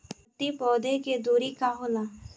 प्रति पौधे के दूरी का होला?